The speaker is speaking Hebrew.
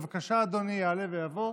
בבקשה, אדוני יעלה ויבוא.